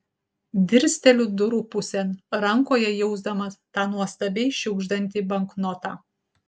dirsteliu durų pusėn rankoje jausdamas tą nuostabiai šiugždantį banknotą